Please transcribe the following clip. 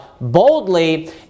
boldly